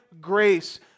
grace